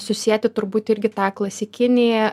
susieti turbūt irgi tą klasikinį